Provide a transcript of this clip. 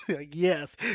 Yes